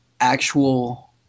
actual